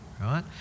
right